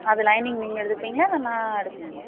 அது லைனிங் நீங்கள் எடுப்பீங்களா இல்லை நான் எடுக்கணுமா